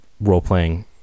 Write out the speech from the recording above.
role-playing